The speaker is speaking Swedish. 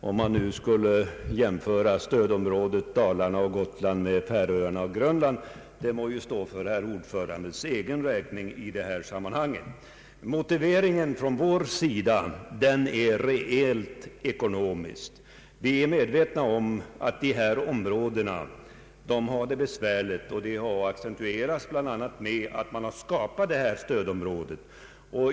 Om herr ordföranden jämställer stödområdet, Dalarna och Gotland med Färöarna och Grönland så må det stå för hans egen räkning. Vår motivering är rent ekonomisk. Vi är medvetna om att vissa områden har det besvärligt, och detta har bekräftats av att det har skapats ett stödområde.